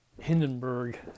Hindenburg